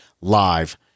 live